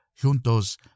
Juntos